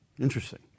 Interesting